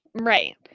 Right